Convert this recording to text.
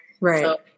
Right